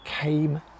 came